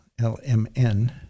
L-M-N